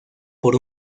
por